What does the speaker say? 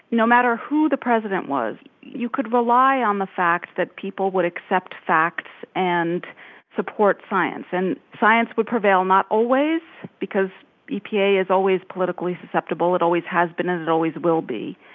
no matter who the president was, you could rely on the fact that people would accept facts and support science. and science would prevail not always because epa is always politically susceptible it always has been and always will be.